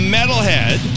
Metalhead